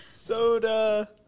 Soda